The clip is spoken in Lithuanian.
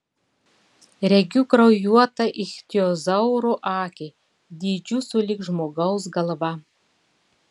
regiu kraujuotą ichtiozauro akį dydžiu sulig žmogaus galva